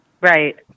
Right